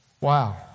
Wow